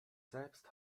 selbst